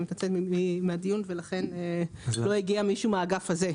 אני מתייצבת לדיון ולכן לא הגיע מישהו מהאגף הזה,